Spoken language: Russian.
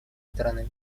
странами